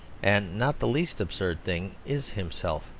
and not the least absurd thing is himself.